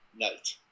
night